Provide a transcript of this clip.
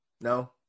No